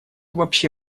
вообще